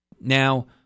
Now